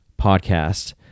podcast